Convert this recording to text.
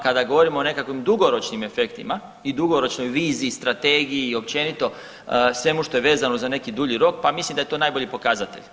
Kada govorimo o nekakvim dugoročnim efektima i dugoročnoj viziji, strategiji i općenito svemu što je vezano za neki dulji rok, pa mislim da je to najbolji pokazatelj.